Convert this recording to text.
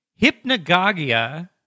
Hypnagogia